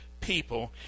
people